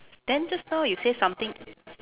then just now you say something